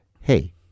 hey